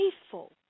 faithful